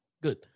Good